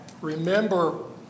remember